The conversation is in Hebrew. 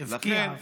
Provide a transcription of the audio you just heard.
הפקיעה.